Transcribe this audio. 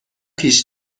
پیش